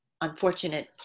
unfortunate